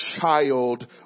child